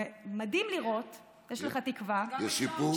ומדהים לראות, יש לך תקווה, יש שיפור?